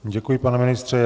Děkuji, pane ministře.